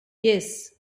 yes